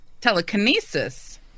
Telekinesis